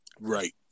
Right